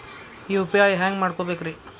UPI ಹ್ಯಾಂಗ ಮಾಡ್ಕೊಬೇಕ್ರಿ?